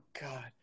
God